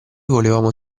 volevamo